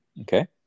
Okay